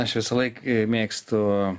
aš visąlaik mėgstu